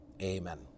Amen